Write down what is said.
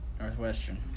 Northwestern